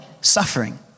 suffering